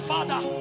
Father